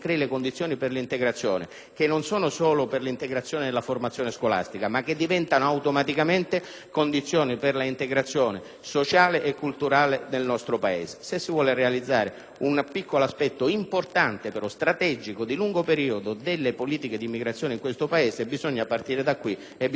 le condizioni per un'integrazione che non sia solo scolastica, ma che diventi automaticamente integrazione sociale e culturale nel nostro Paese. Se si vuole realizzare un piccolo aspetto importante, e però strategico, di lungo periodo, delle politiche sull'immigrazione in questo Paese, bisogna partire da qui e bisogna farlo col piede giusto.